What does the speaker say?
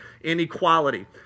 Inequality